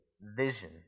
vision